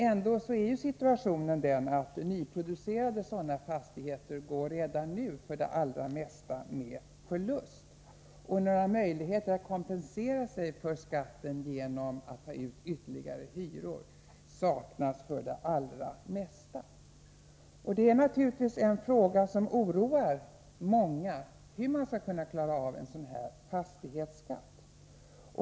Ändå är situationen den att nyproducerade sådana fastigheter redan nu för de allra flesta går med förlust, och möjligheter att kompensera sig för skatten genom att ta ut ytterligare hyror saknas i allmänhet. En fråga som oroar många är naturligtvis hur man skall kunna klara av en sådan fastighetsskatt.